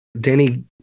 Danny